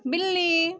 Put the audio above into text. बिल्ली